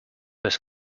was